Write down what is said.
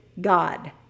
God